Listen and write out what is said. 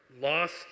lost